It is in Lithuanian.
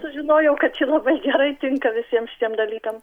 sužinojau kad ši labai gerai tinka visiem šitiem dalykam